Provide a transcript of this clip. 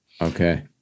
okay